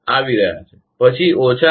25 આવી રહયા છે પછી ઓછા 1